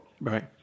Right